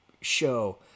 show